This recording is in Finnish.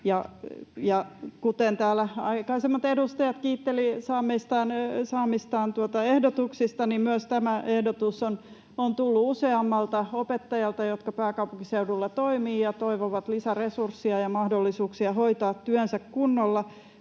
täällä aikaisemmat edustajat kiittelivät saamistaan ehdotuksista, niin myös tämä ehdotus on tullut useammalta opettajalta, jotka pääkaupunkiseudulla toimivat ja toivovat lisäresurssia ja mahdollisuuksia hoitaa työnsä kunnolla.